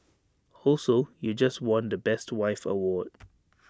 also you just won the best wife award